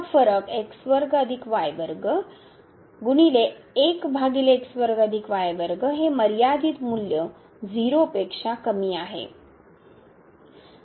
हे मर्यादित मूल्य 0 पेक्षा कमीआहे आहे